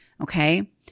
okay